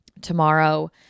tomorrow